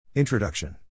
Introduction